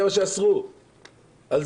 אם כבר מפרטים,